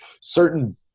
certain